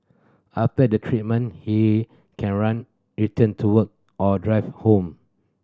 after the treatment he can run return to or drive home